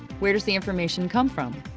where does the information come from?